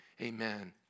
Amen